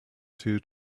two